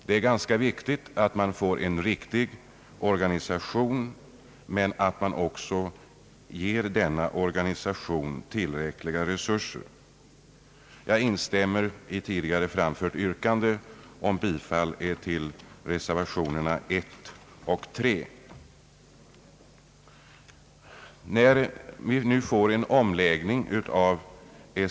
Det är lika viktigt att organisationen blir riktig som att organisationen får tillräckliga resurser. Jag instämmer alltså i tidigare framfört yrkande om bifall till reservationerna 1 och 3.